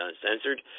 uncensored